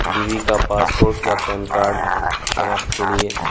بیوی کا پاسپورٹ یا پین کارڈ شناخت کے لیے